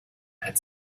had